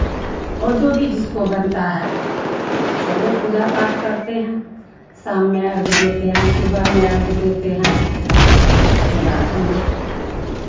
और जो भी जिसको बनता है सब लोग पूजा पाठ करते हैं शाम में अर्घ्य देते हैं सुबह में अर्घ्य देते हैं उसके बाद हम लोग